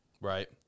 Right